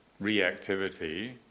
reactivity